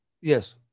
Yes